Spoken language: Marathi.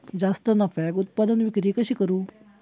जास्त नफ्याक उत्पादन विक्री कशी करू?